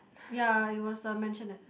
ya it was a mansionette